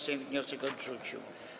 Sejm wniosek odrzucił.